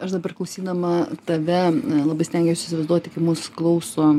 aš dabar klausydama tave labai stengiaus įsivaizduoti kaip mūsų klauso